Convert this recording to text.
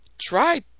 try